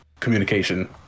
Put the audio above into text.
Communication